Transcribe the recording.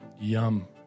Yum